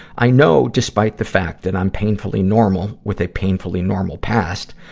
i know despite the fact that i'm painfully normal with a painfully normal past